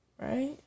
Right